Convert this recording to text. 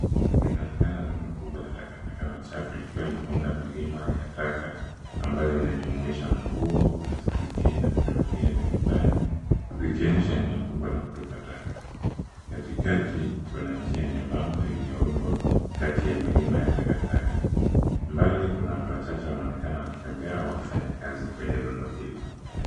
Linaonekana rundo kubwa la takataka na uchafu likiwa limeunda milima ya taka ambayo inajumuisha nguo, plastiki na vitu vingine vya nyumbani. Vikionyesha eneo kubwa la kutupa taka. Katikati kuna njia nyembamba iliyoundwa kati ya milima ya takataka. Mbali kuna watu wachache wanaonekana wakitembea wakifanya kazi kwenye rundo hilo.